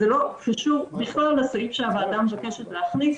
זה לא קשור בכלל לסעיף שהוועדה מבקשת להכניס.